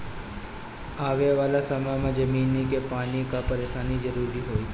आवे वाला समय में जमीनी के पानी कअ परेशानी जरूर होई